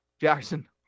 jackson